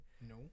No